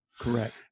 Correct